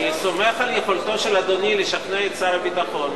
אני סומך על יכולתו של אדוני לשכנע את שר הביטחון,